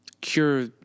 cure